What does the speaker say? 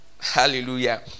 Hallelujah